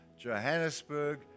Johannesburg